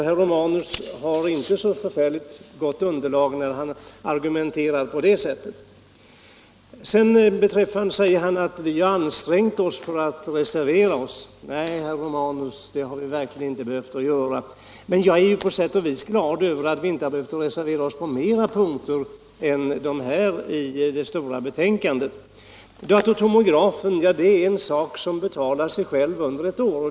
Herr Romanus har inte så gott underlag när han argumenterar på detta sätt. Herr Romanus sade vidare att vi har ansträngt oss för att kunna reservera oss. Nej, herr Romanus, det har vi verkligen inte behövt göra. Men jag är på sätt och vis glad över att vi inte behövt reservera oss på ännu fler punkter i det stora betänkandet. Datortomografen är en sak som betalar sig själv under ett år.